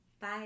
Bye